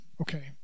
Okay